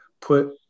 put